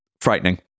frightening